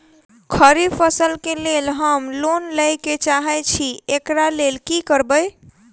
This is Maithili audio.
खरीफ फसल केँ लेल हम लोन लैके चाहै छी एकरा लेल की करबै?